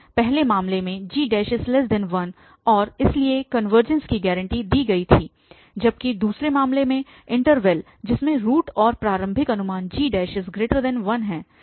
पहले मामले में g1 और इसलिए कनवर्जेंस की गारंटी दी गई थी जबकि दूसरे मामले में इन्टरवल जिसमें रूट और प्रारंभिक अनुमान g1 है